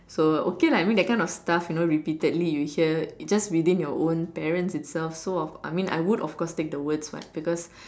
so okay lah I mean that kind of stuff you know repeatedly you hear it's just within your own parents itself so of I mean I would of course take the words lah because